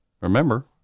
Remember